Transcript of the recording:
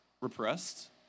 repressed